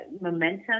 momentum